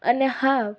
अने हा